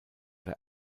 der